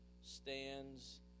stands